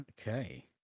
Okay